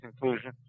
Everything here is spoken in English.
conclusion